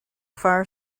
far